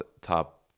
top